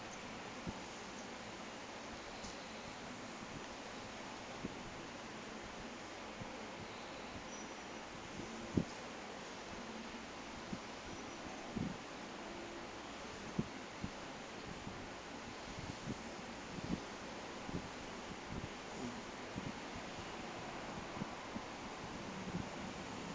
mm